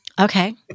Okay